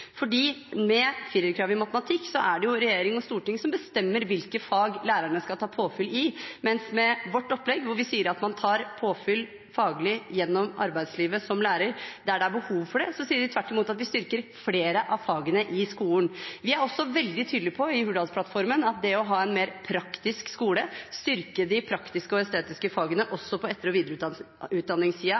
Med firerkravet i matematikk er det regjering og storting som bestemmer hvilke fag lærerne skal ta påfyll i, mens med vårt opplegg, når vi sier at man som lærer tar faglig påfyll gjennom arbeidslivet der det er behov for det, sier vi tvert imot at vi styrker flere av fagene i skolen. Vi er også veldig tydelig i Hurdalsplattformen på at det å ha en mer praktisk skole – styrke de praktiske og estetiske fagene også på etter- og